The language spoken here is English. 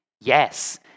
Yes